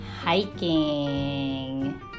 hiking